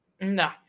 No